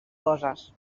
coses